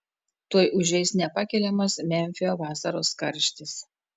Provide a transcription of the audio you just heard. tuoj užeis nepakeliamas memfio vasaros karštis